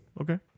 Okay